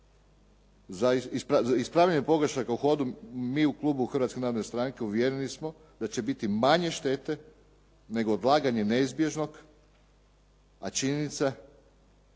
ispravljanje pogrešaka u hodu mi u klubu Hrvatske narodne stranke uvjereni smo da će biti manje štete nego odlaganje neizbježnog, a činjenica